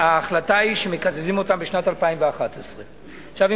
וההחלטה היא שמקזזים אותם בשנת 2011. עכשיו,